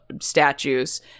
statues